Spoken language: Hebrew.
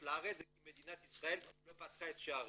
לארץ זה כי מדינת ישראל לא פתחה את שעריה.